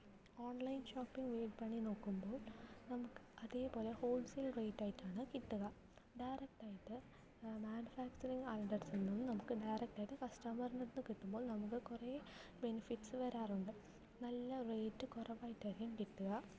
online shopping വിപണി നോക്കുമ്പോൾ നമുക്ക് അതേപോല ഹോൾ സെയിൽ റെയിറ്റായിട്ടാണ് കിട്ടുക ഡയരക്ടായിട്ട് മാനുഫാക്ചറിങ്ങ് ആളുടെ അടുത്ത് നിന്നും നമുക്ക് ഡയരക്ടായിട്ട് കസ്റ്റമറിന്റടുത്തു നിന്ന് കിട്ടുമ്പോൾ നമുക്ക് കുറേ ബെനിഫിറ്റ്സ് വരാറുണ്ട് നല്ല റെയിറ്റ് കുറവായിട്ടായിരിക്കും കിട്ടുക